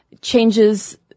changes